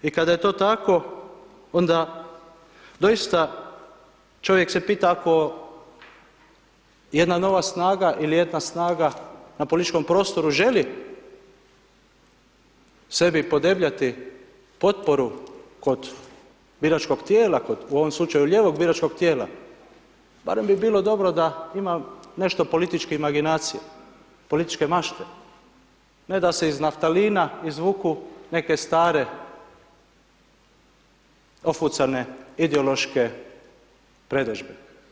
I kada je to tako, onda doista čovjek se pita ako jedna nova snaga ili jedna snaga na političkom prostoru želi sebi podebljati potporu kod biračkog tijela, u ovom slučaju lijevog biračkog tijela, barem bi bilo dobro da ima nešto političke imaginacije, političke mašte, ne da se iz naftalina izvuku neke stare ofucane ideološke predodžbe.